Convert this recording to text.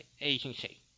agency